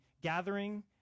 gathering